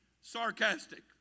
sarcastic